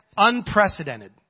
unprecedented